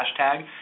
hashtag